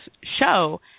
show